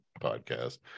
podcast